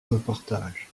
reportages